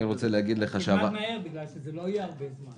אני רוצה להגיד לך --- תלמד מהר בגלל שזה לא יהיה הרבה זמן.